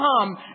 come